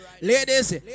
Ladies